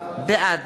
בעד